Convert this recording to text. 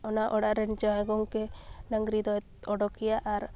ᱚᱱᱟ ᱚᱲᱟᱜᱨᱮᱱ ᱡᱟᱶᱟᱭ ᱜᱚᱝᱠᱮ ᱰᱟᱹᱝᱨᱤᱫᱚᱭ ᱚᱰᱳᱠᱮᱭᱟ ᱟᱨ